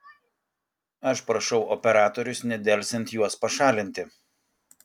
aš prašau operatorius nedelsiant juos pašalinti